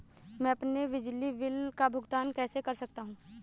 मैं अपने बिजली बिल का भुगतान कैसे कर सकता हूँ?